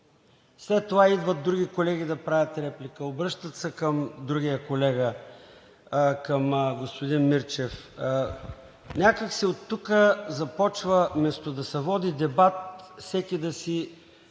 след това идват други колеги да правят реплика, обръщат се към другия колега – към господин Мирчев, някак си оттук започва вместо да се води дебат всеки да си